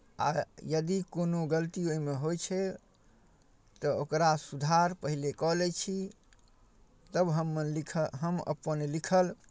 आ यदि कोनो गलती ओहिमे होइ छै तऽ ओकरा सुधार पहिले कऽ लै छी तब हम लिखल हम अपन लिखल